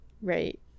right